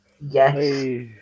yes